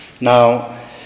Now